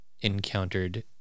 encountered